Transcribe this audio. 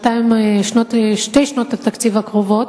לשתי שנות התקציב הקרובות,